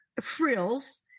frills